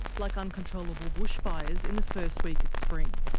like uncontrollable bushfires in the first week of spring.